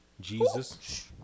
Jesus